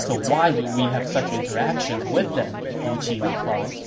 so why would we have such interactions with them? liu qi replied